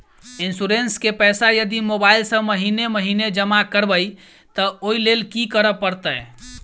Insurance केँ पैसा यदि मोबाइल सँ महीने महीने जमा करबैई तऽ ओई लैल की करऽ परतै?